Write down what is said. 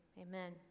amen